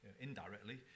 indirectly